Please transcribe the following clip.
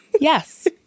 Yes